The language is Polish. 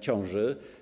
ciąży.